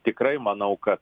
tikrai manau kad